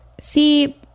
See